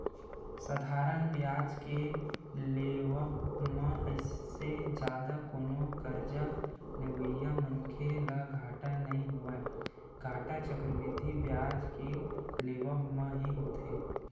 साधारन बियाज के लेवब म अइसे जादा कोनो करजा लेवइया मनखे ल घाटा नइ होवय, घाटा चक्रबृद्धि बियाज के लेवब म ही होथे